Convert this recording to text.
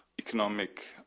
economic